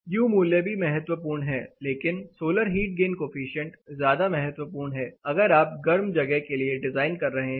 you मूल्य भी महत्वपूर्ण है लेकिन सोलर हीट गेन कोफिशिएंट ज्यादा महत्वपूर्ण है अगर आप गर्म जगह के लिए डिजाइन कर रहे हैं